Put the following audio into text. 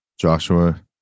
Joshua